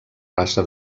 raça